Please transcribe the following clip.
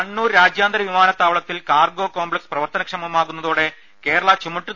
കണ്ണൂർ രാജ്യാന്തര വിമാനത്താവളത്തിൽ cargo complex പ്രവർത്തനക്ഷമമാകുന്നതോടെ കേരള ചുമട്ടു